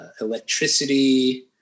electricity